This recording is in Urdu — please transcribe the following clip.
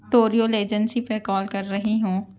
ٹوریل ایجنسی پہ کال کر رہی ہوں